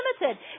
limited